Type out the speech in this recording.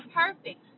perfect